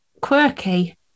quirky